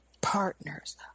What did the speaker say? partners